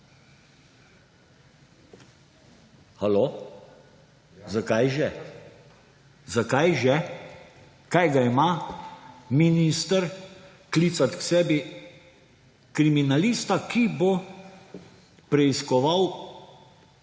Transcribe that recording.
Halo, zakaj že? Zakaj že? Kaj ima minister klicati k sebi kriminalista, ki bo preiskoval